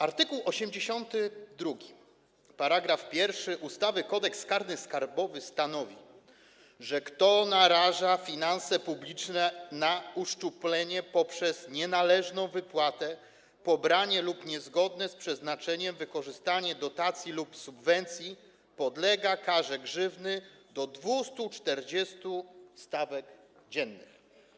Art. 82 § 1 ustawy Kodeks karny skarbowy stanowi, że kto naraża finanse publiczne na uszczuplenie poprzez nienależną wypłatę, pobranie lub niezgodne z przeznaczeniem wykorzystanie dotacji lub subwencji, podlega karze grzywny do 240 stawek dziennych.